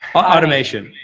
automation.